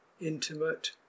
intimate